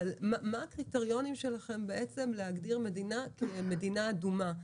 אבל מה הקריטריונים שלכם בעצם להגדיר מדינה כמדינה אדומה,